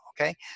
okay